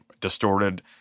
distorted